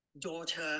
daughter